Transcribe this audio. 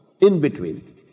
In-between